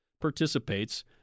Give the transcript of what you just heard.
participates